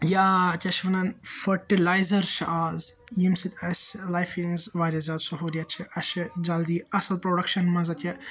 یا کیاہ چھِ وَنان فٔٹِلایزَر چھِ آز ییٚمہ سۭتۍ أسۍ لایفہِ ہِنٛز واریاہ زیادٕ سہولِیَت چھِ اَسہِ چھِ جَلدی اَصٕل پروڈَکشَن منٛز کہِ